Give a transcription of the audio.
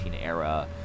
era